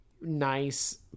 nice